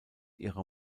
ihrer